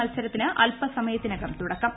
മത്സരത്തിന് അൽപസമയത്തിനകം തുടക്കമാവും